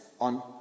on